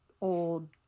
old